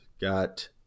got